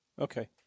Okay